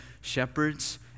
shepherds